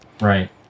Right